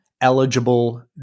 eligible